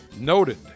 Noted